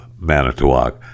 manitowoc